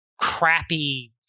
crappy